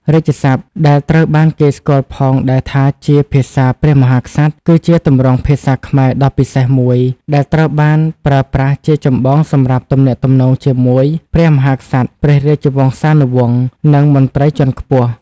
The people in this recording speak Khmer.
រាជសព្ទ ដែលត្រូវបានគេស្គាល់ផងដែរថាជា ភាសាព្រះមហាក្សត្រ គឺជាទម្រង់ភាសាខ្មែរដ៏ពិសេសមួយ ដែលត្រូវបានប្រើប្រាស់ជាចម្បងសម្រាប់ទំនាក់ទំនងជាមួយ ព្រះមហាក្សត្រ ព្រះរាជវង្សានុវង្ស និងមន្ត្រីជាន់ខ្ពស់។